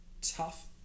tough